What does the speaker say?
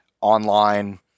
online